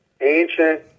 ancient